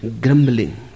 grumbling